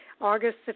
August